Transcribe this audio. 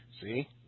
See